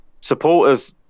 supporters